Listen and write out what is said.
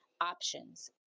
options